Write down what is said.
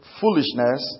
foolishness